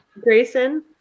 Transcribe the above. grayson